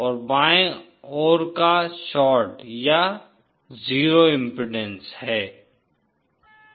और बॉय ओर का शार्ट या 0 इम्पीडेन्स है